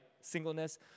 singleness